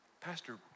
Pastor